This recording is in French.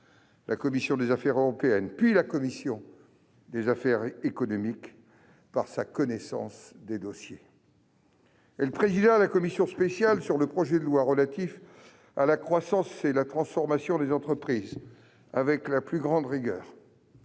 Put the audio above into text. la commission des affaires européennes, puis la commission des affaires économiques, par sa connaissance des dossiers. Elle présida la commission spéciale sur le projet de loi relatif à la croissance et à la transformation des entreprises (Pacte) avec la plus grande rigueur.